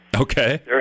Okay